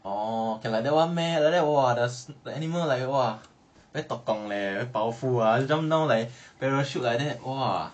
orh can like that [one] meh like that !wah! the animal like !wah! very tok gong leh very powerful ah jump down like parachute like that !wah!